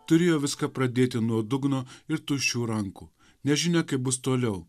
turėjo viską pradėti nuo dugno ir tuščių rankų nežinia kaip bus toliau